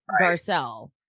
Garcelle